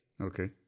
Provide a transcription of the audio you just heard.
okay